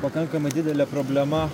pakankamai didelė problema